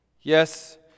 Yes